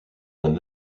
d’un